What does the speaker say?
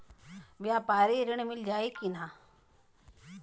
व्यापारी ऋण मिल जाई कि ना?